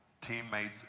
teammates